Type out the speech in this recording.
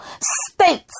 states